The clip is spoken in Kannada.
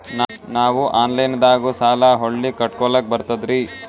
ನಾವು ಆನಲೈನದಾಗು ಸಾಲ ಹೊಳ್ಳಿ ಕಟ್ಕೋಲಕ್ಕ ಬರ್ತದ್ರಿ?